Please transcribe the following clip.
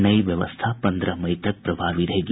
नई व्यवस्था पन्द्रह मई तक प्रभावी रहेगी